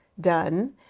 done